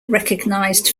recognized